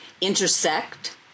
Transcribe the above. intersect